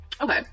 Okay